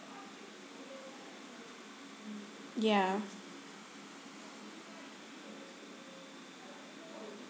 ya